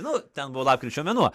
nu ten buvo lapkričio mėnuo